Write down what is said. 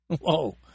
Whoa